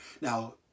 Now